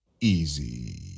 easy